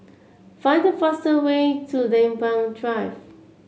find the fastest way to Lempeng Drive